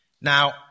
Now